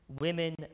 women